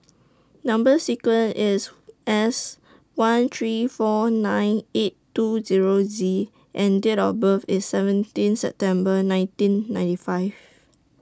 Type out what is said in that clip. Number sequence IS S one three four nine eight two Zero Z and Date of birth IS seventeen September nineteen ninety five